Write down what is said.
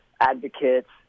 advocates